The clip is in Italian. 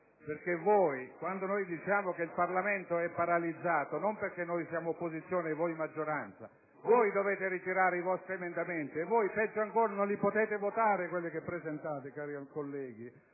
ordini. Quando noi diciamo che il Parlamento è paralizzato, non lo facciamo perché noi siamo opposizione e voi maggioranza. Voi dovete ritirare i vostri emendamenti e, peggio ancora, non potete votare quelli che presentate, cari colleghi.